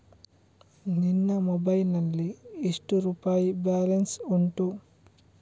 ನಿನ್ನ ಮೊಬೈಲ್ ನಲ್ಲಿ ಎಷ್ಟು ರುಪಾಯಿ ಬ್ಯಾಲೆನ್ಸ್ ಉಂಟು?